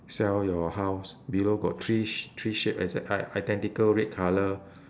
sell your house below got three sh~ three shape as an i~ identical red colour